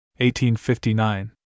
1859